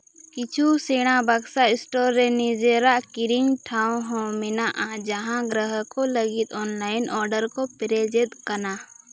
ᱠᱤᱪᱷᱩ ᱥᱮᱬᱟ ᱵᱟᱠᱥᱟ ᱥᱴᱳᱨ ᱨᱮ ᱱᱤᱡᱮᱨᱟᱜ ᱠᱤᱨᱤᱧ ᱴᱷᱟᱶ ᱦᱚᱸ ᱢᱮᱱᱟᱜᱼᱟ ᱡᱟᱦᱟᱸ ᱜᱨᱟᱦᱚᱠ ᱠᱚ ᱞᱟᱹᱜᱤᱫ ᱚᱱᱞᱟᱭᱤᱱ ᱚᱰᱟᱨ ᱠᱚ ᱯᱮᱨᱮᱡᱮᱫ ᱠᱟᱱᱟ